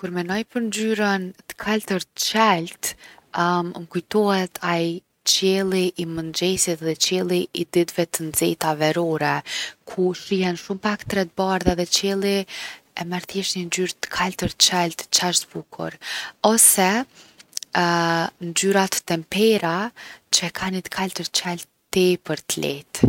Kur menoj për ngjyrën t’kaltërt t’qelt m’kujtohet ai qielli i mëngjesit edhe qielli i ditëve t’nxehta verore ku shihen shumë pak re t’bardhë edhe qielli e merr thjeshtë ni ngjyrë t’kaltërt t’qelt qaq t’bukur. Ose ngjyrat tempera që e kan ni t’kaltërt t’qelt tepër t’lehtë.